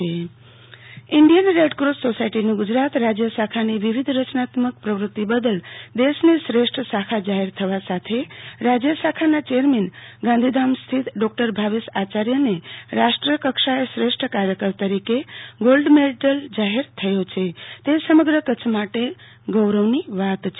આરતી ભદ્દ gold medal જાહેર Indian red cross સોસાયટીની ગુજરાત રાજ્ય શાખાની વિવિધ રચનાત્મક પ્રવૃત્તિ બદલ દેશની શ્રેષ્ઠ શાખા જાહેર થવા સાથે રાજ્ય શાખાના ચેરમેન ગાંધીધામ સ્થિત ડોક્ટર ભાવેશ આચાર્યને રાષ્ટ્ર કક્ષાએ શ્રેષ્ઠ કાર્યકર તરીકેનો ગોલ્ડ મેડલ જાહેર થયો છે તે સમગ્ર કચ્છ માટે ગૌરવની વાત છે